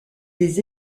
des